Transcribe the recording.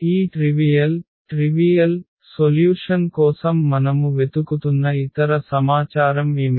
ఈ trivial solution కోసం మనము వెతుకుతున్న ఇతర సమాచారం ఏమిటి